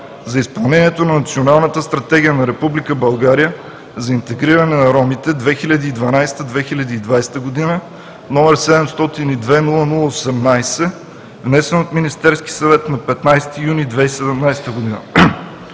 за изпълнението на Националната стратегия на Република България за интегриране на ромите (2012 –2020), № 702-00-18, внесен от Министерски съвет на 15 юни 2017 г.